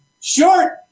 short